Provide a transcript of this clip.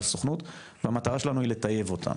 לסוכנות והמטרה שלנו היא לטייב אותם.